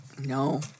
No